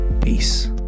Peace